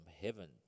heaven